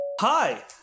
Hi